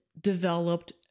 developed